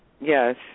Yes